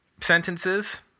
sentences